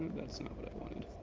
that's not what i wanted.